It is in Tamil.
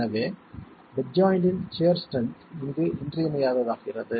எனவே பெட் ஜாய்ண்ட்டின் சியர் ஸ்ட்ரென்த் இங்கு இன்றியமையாததாகிறது